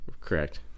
Correct